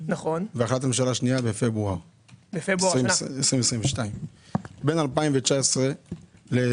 והחלטת ממשלה שנייה בפברואר 2022. בין 2019 ל-2022